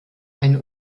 eine